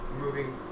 moving